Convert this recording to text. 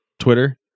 Twitter